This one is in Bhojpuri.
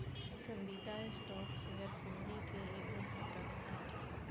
पसंदीदा स्टॉक शेयर पूंजी के एगो घटक ह